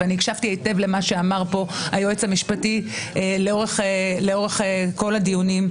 והקשבתי היטב למה שאמר היועץ המשפטי לאורך כל הדיונים.